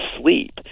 sleep